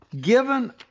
given